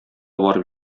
барып